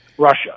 Russia